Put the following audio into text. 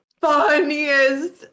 funniest